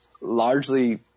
largely